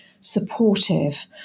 supportive